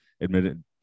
admitted